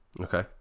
Okay